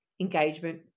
engagement